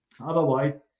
otherwise